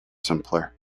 simpler